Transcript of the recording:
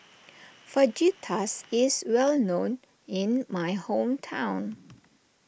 Fajitas is well known in my hometown